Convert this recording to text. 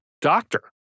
doctor